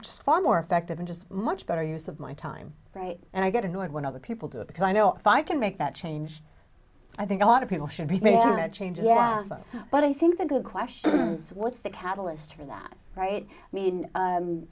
just far more effective and just a much better use of my time right and i get annoyed when other people do it because i know if i can make that change i think a lot of people should be managed change yeah so but i think a good question is what's the catalyst for that right i mean